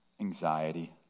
anxiety